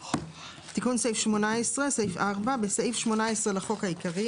תיקון סעיף 18. סעיף 4. בסעיף 18 לחוק העיקרי